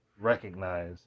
recognize